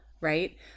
right